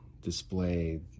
display